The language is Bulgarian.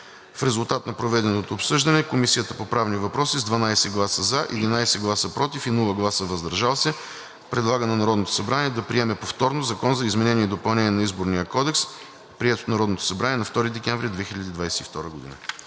В резултат на проведеното обсъждане, Комисията по правни въпроси с 12 гласа „за“, 11 гласа „против“ и без „въздържал се", предлага на Народното събрание да приеме повторно Закон за изменение и допълнение на Изборния кодекс, приет от Народното събрание на 2 декември 2022 г.“